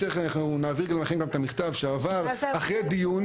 ואם צריך אנחנו נעביר גם לכם את המכתב שעבר אחרי דיון.